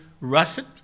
russet